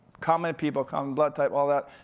common people, common blood type, all that.